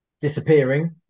disappearing